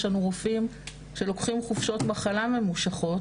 יש לנו רופאים שלוקחים חופשות מחלה ממושכות,